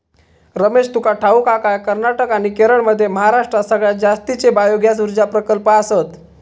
रमेश, तुका ठाऊक हा काय, कर्नाटक आणि केरळमध्ये महाराष्ट्रात सगळ्यात जास्तीचे बायोगॅस ऊर्जा प्रकल्प आसत